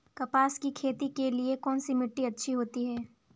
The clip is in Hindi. कपास की खेती के लिए कौन सी मिट्टी अच्छी होती है?